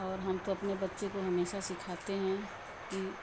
और हम तो अपने बच्चे को हमेशा सिखाते हैं कि